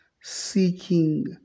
seeking